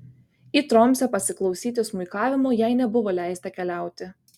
į tromsę pasiklausyti smuikavimo jai nebuvo leista keliauti